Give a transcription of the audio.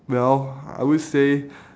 well I would say